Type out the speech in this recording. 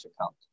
account